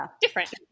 different